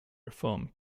reform